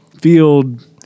field